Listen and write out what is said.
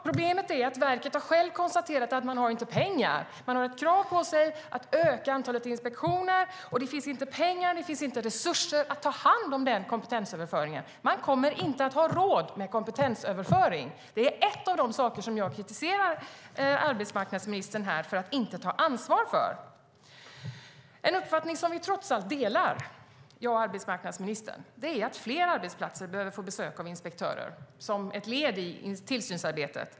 Problemet är att verket självt har konstaterat att man inte har pengar. Man har krav på sig att öka antalet inspektioner, men det finns inte pengar och resurser för att ta hand om den kompetensöverföringen. Man kommer inte att ha råd med kompetensöverföring. Det är en av de saker som jag kritiserar arbetsmarknadsministern för att inte ta ansvar för. En uppfattning som arbetsmarknadsministern och jag trots allt delar är att fler arbetsplatser behöver få besök av inspektörer som ett led i tillsynsarbetet.